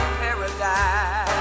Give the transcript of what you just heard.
paradise